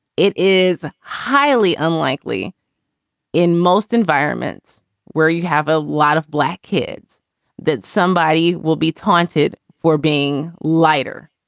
it is highly unlikely in most environments where you have a lot of black kids that somebody will be taunted for being lighter.